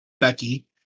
Becky